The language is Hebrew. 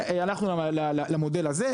והלכנו למודל הזה.